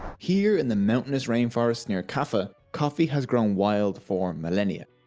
here in the mountainous rainforests near kaffa, coffee has grown wild for millenia.